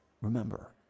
Remember